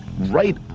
Right